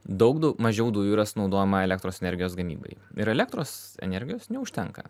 daug dau mažiau dujų yra naudojama elektros energijos gamybai ir elektros energijos neužtenka